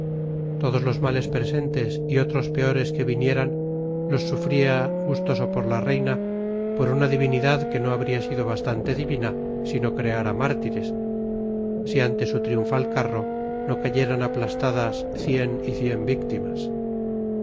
todos los males presentes y otros peores que vinieran los sufría gustoso por la reina por una divinidad que no habría sido bastante divina si no creara mártires si ante su triunfal carro no cayeran aplastadas cien y cien víctimas